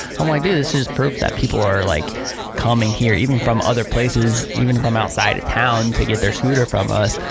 i'm like, dude, this is just proof that people are like coming here, even from other places, even from outside of town to get their scooter from us.